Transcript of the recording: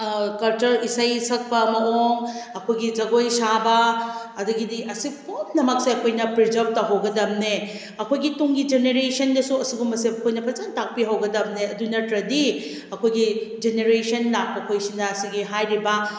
culture ꯏꯁꯩ ꯁꯛꯄ ꯃꯑꯣꯡ ꯑꯩꯈꯣꯏꯒꯤ ꯖꯒꯣꯏ ꯁꯥꯕ ꯑꯗꯒꯤꯗꯤ ꯑꯁꯤ ꯄꯨꯝꯅꯃꯛꯁꯦ ꯑꯩꯈꯣꯏꯅ ꯄ꯭ꯔꯤꯖꯥꯕ ꯇꯧꯍꯧꯒꯗꯕꯅꯦ ꯑꯩꯈꯣꯏꯒꯤ ꯇꯨꯡꯒꯤ ꯖꯦꯅꯦꯔꯦꯁꯟꯗꯁꯨ ꯑꯁꯤꯒꯨꯝꯕꯁꯦ ꯑꯩꯈꯣꯏꯅ ꯐꯖꯅ ꯇꯥꯛꯄꯤꯍꯧꯒꯗꯕꯅꯦ ꯑꯗꯨ ꯅꯠꯇ꯭ꯔꯗꯤ ꯑꯩꯈꯣꯏꯒꯤ ꯖꯦꯅꯦꯔꯦꯁꯟ ꯂꯥꯛꯄ ꯈꯣꯏꯁꯤꯅ ꯑꯁꯤꯒꯤ ꯍꯥꯏꯔꯤꯕ